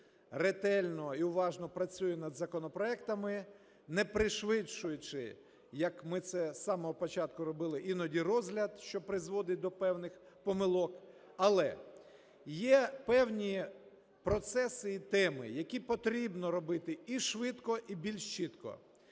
ретельно і уважно працює над законопроектами, не пришвидшуючи, як ми це з самого початку робили, іноді розгляд, що призводить до певних помилок. Але є певні процеси і теми, які потрібно робити і швидко, і більш чітко.